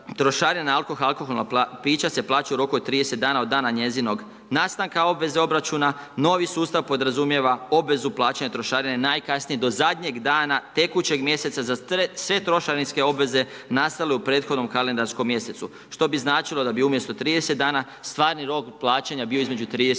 alkohol i alkoholna pića se plaća u roku od 30 dana od dana njezinog nastanaka obveze obračuna. Novi sustav podrazumijeva obvezu plaćanja trošarine najkasnije do zadnjeg dana tekućeg mjeseca za sve trošarinske obveze nastale u prethodnom kalendarskom mjesecu, što bi značilo da bi umjesto 30 dana stvarni rok plaćanja bio između 30 i